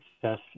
success